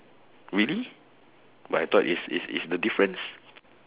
really but I thought is is is the difference